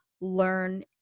learn